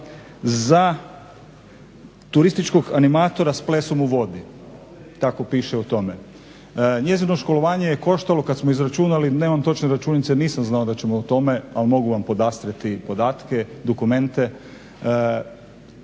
za turističkog animatora s plesom u vodi, tako piše u tome. Njezino školovanje je koštalo kad smo izračunali, nemam točne računice, jer nisam znao da ćemo o tome, ali mogu vam podastrijeti podatke, dokumente.